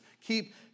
Keep